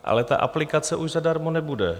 Ale ta aplikace už zadarmo nebude.